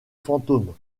fantômes